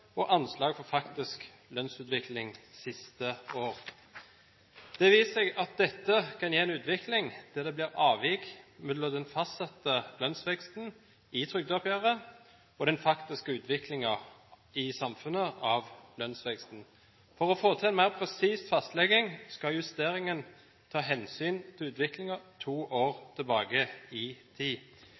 og anslag for faktisk lønnsutvikling siste år. Det har vist seg at dette kan gi en utvikling der det blir avvik mellom den fastsatte lønnsveksten i trygdeoppgjøret og den faktiske utviklingen av lønnsveksten i samfunnet. For å få til en mer presis fastlegging skal justeringen ta hensyn til utviklingen to år tilbake i tid.